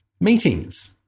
meetings